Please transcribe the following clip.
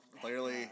Clearly